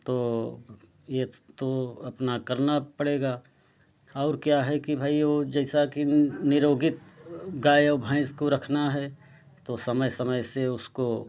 तो ये तो अपना करना पड़ेगा और क्या है कि भाई वो जैसा कि निरोगित गाय और भैंस को रखना है तो समय समय से उसको